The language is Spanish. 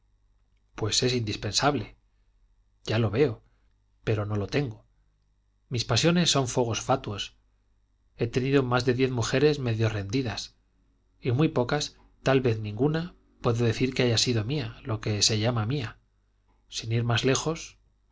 pues es indispensable ya lo veo pero no lo tengo mis pasiones son fuegos fatuos he tenido más de diez mujeres medio rendidas y muy pocas tal vez ninguna puedo decir que haya sido mía lo que se llama mía sin ir más lejos